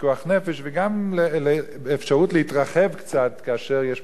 וגם אפשרות להתרחב קצת כאשר יש מצוקת דיור כזאת.